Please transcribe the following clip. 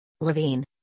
Levine